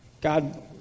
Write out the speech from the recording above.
God